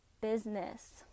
business